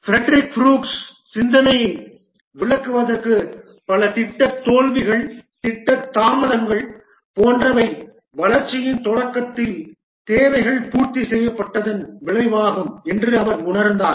Frederick Brooks சிந்தனையை விளக்குவதற்கு பல திட்ட தோல்விகள் திட்ட தாமதங்கள் போன்றவை வளர்ச்சியின் தொடக்கத்தில் தேவைகள் பூர்த்தி செய்யப்பட்டதன் விளைவாகும் என்று அவர் உணர்ந்தார்